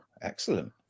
Excellent